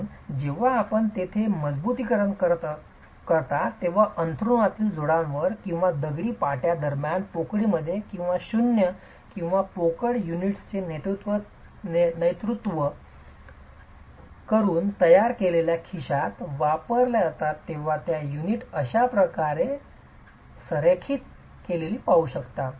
म्हणून जेव्हा आपण तेथे मजबुतीकरण करता तेव्हा अंथरुणातील जोडांवर किंवा दगडी पाट्या दरम्यानच्या पोकळींमध्ये किंवा शून्य किंवा पोकळ युनिट्सचे नेतृत्व करून तयार केलेल्या खिशात वापरल्या जातात तेव्हा आपण त्या युनिट अशा प्रकारे संरेखित केलेली पाहू शकता